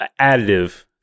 additive